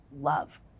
love